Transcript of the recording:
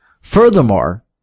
Furthermore